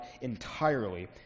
entirely